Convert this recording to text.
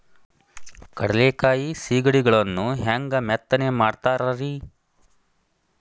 ಕಡಲೆಕಾಯಿ ಸಿಗಡಿಗಳನ್ನು ಹ್ಯಾಂಗ ಮೆತ್ತನೆ ಮಾಡ್ತಾರ ರೇ?